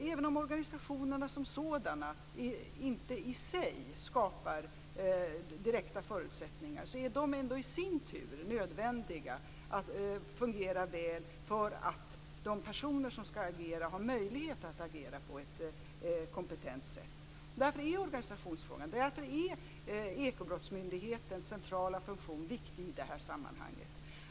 Även om organisationerna som sådana inte i sig skapar direkta förutsättningar är det ändå nödvändigt att de fungerar väl för att de personer som skall agera skall ha möjlighet att göra det på ett kompetent sätt. Därför är organisationsfrågan, Ekobrottsmyndighetens centrala funktion, viktig i det här sammanhanget.